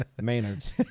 Maynard's